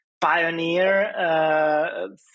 pioneer